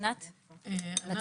אנחנו